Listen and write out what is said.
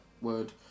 word